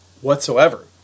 whatsoever